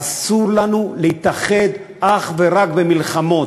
אסור לנו להתאחד אך ורק במלחמות.